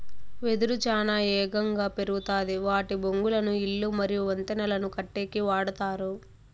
వెదురు చానా ఏగంగా పెరుగుతాది వాటి బొంగులను ఇల్లు మరియు వంతెనలను కట్టేకి వాడతారు